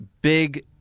big